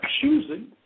choosing